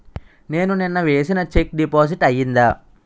నేను నిన్న వేసిన చెక్ డిపాజిట్ అయిందా?